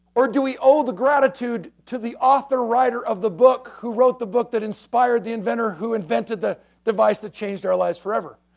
or do we owe the gratitude to the author, writer of the book, who wrote the book that inspired the inventor who invented the device that changed our lives forever?